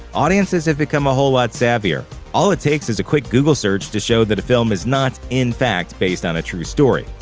audiences have become a whole lot savvier. all it takes is a quick google search to show that a film is not, in fact, based on a true story.